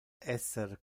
esser